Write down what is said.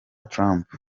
trump